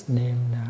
named